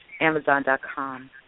Amazon.com